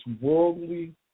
worldly